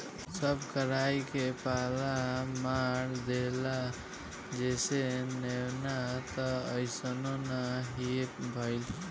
सब कराई के पाला मार देहलस जईसे नेवान त असो ना हीए भईल